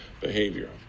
behavior